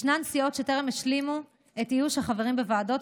ישנן סיעות שטרם השלימו את איוש החברים בוועדות,